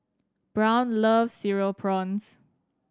Brown loves Cereal Prawns